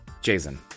Jason